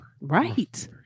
Right